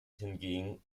hingegen